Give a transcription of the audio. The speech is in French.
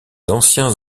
anciens